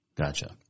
Gotcha